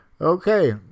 Okay